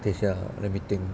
等一下 let me think